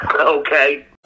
Okay